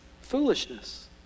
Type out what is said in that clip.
foolishness